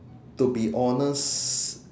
to be honest